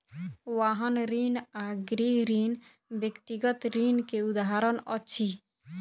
वाहन ऋण आ गृह ऋण व्यक्तिगत ऋण के उदाहरण अछि